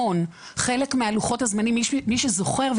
מי שזוכר,